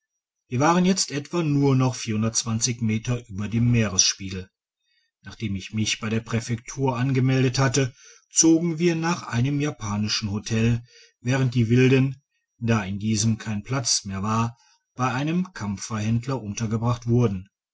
wir waren jetzt etwa nur noch meter über dem meeresspiegel nachdem ich mich bei der präfektur angemeldet hatte zogen wir nach einem japanischem hotel während die wilden da in diesem kein platz mehr war bei einem kampferhändler untergebracht wurden